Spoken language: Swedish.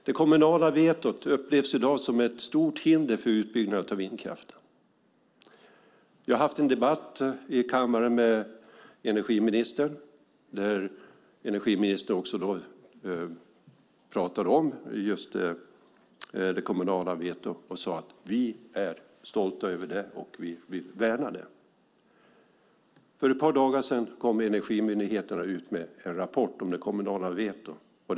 Det kommunala vetot upplevs i dag som ett stort hinder för utbyggnaden av vindkraften. Vi har haft en debatt i kammaren med energiministern om detta. Hon tog upp det kommunala vetot och sade att hon var stolt över och värnade det. För ett par dagar sedan kom Energimyndigheten med en rapport om det kommunala vetot.